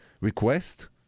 request